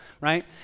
right